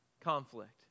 conflict